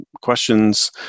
questions